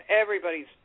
everybody's